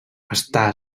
està